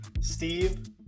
Steve